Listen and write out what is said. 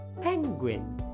penguin